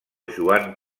joan